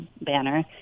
banner